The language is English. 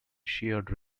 shared